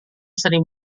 sering